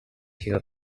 here